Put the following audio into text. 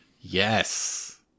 Yes